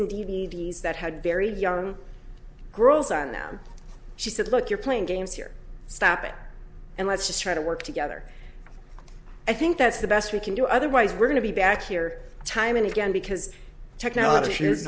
and d v d s that had very young girls on them she said look you're playing games here stop it and let's just try to work together i think that's the best we can do otherwise we're going to be back here time and again because technology is